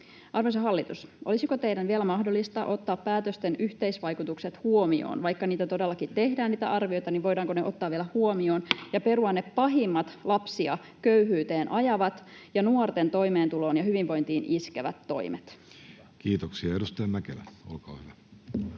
Arvoisa hallitus, olisiko teidän vielä mahdollista ottaa päätösten yhteisvaikutukset huomioon? Vaikka niitä arvioita todellakin tehdään, niin voidaanko ne ottaa vielä huomioon ja perua ne pahimmat lapsia köyhyyteen ajavat ja nuorten toimeentuloon ja hyvinvointiin iskevät toimet? Kiitoksia. — Edustaja Mäkelä, olkaa hyvä.